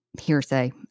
hearsay